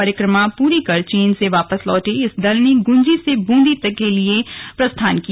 परिक्रमा पूरी कर चीन से वापस लौटे इस दल ने गुंजी से बूंदी के लिए प्रस्थान किया